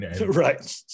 Right